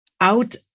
out